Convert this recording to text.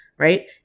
right